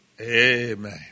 Amen